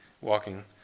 walking